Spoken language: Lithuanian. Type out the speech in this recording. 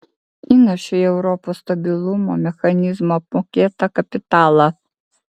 įnašai į europos stabilumo mechanizmo apmokėtą kapitalą